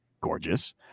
gorgeous